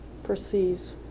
perceives